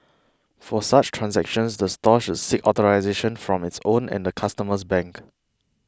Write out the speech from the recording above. for such transactions the store should seek authorisation from its own and the customer's bank